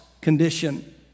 condition